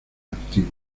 activo